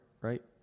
right